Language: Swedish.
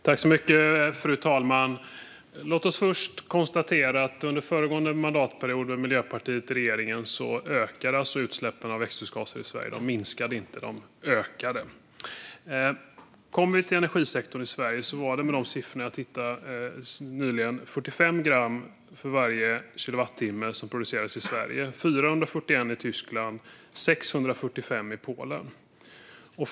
Fru talman! Låt oss först konstatera att under föregående mandatperiod med Miljöpartiet i regeringen ökade utsläppen av växthusgaser i Sverige; de minskade inte. När det gäller energisektorn är koldioxidutsläppen enligt de siffror jag nyligen såg 45 gram för varje kilowattimme som produceras i Sverige, 441 gram i Tyskland och 645 gram i Polen.